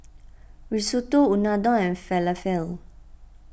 Risotto Unadon and Falafel